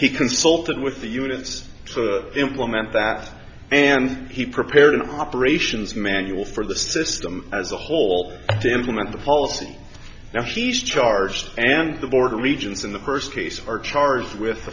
he consulted with the units to implement that and he prepared an operations manual for the system as a whole to implement the policy now he's charged and the border regions in the first case are charged with